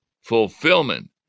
fulfillment